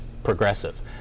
Progressive